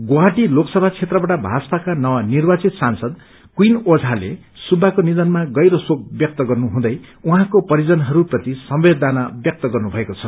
गुवाहाटी लोकसमा क्षेत्रबाट भाजपाका नवनिर्वाचित सांसद क्वीन ओझाले सुव्वाको निषनमा गहिरो शोक व्यक्त गर्नुहँदै उहाँको परिजनहस्पति संवेदना व्यक्त गर्नुभएको छ